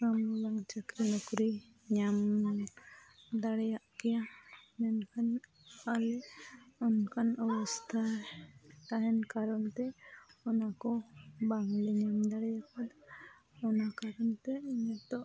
ᱠᱟᱹᱢᱤ ᱵᱟᱝ ᱪᱟᱹᱠᱨᱤᱼᱱᱚᱠᱨᱤ ᱧᱟᱢ ᱫᱟᱲᱮᱭᱟᱜ ᱠᱮᱭᱟ ᱢᱮᱱᱠᱷᱟᱱ ᱟᱞᱮ ᱚᱱᱠᱟᱱ ᱚᱵᱚᱥᱛᱷᱟ ᱛᱟᱦᱮᱱ ᱠᱟᱨᱚᱱᱛᱮ ᱚᱱᱟᱠᱚ ᱵᱟᱝᱞᱮ ᱧᱟᱢ ᱫᱟᱲᱮᱭᱟᱠᱚᱣᱟ ᱚᱱᱟ ᱠᱟᱨᱚᱱᱛᱮ ᱱᱤᱛᱚᱜ